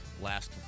last